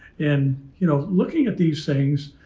and, you know, looking at these things,